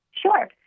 Sure